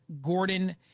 Gordon